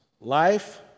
Life